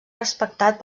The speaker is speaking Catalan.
respectat